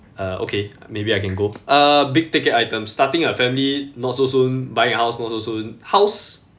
uh okay maybe I can go uh big ticket items starting a family not so soon buying a house not so soon house